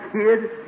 kid